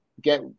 get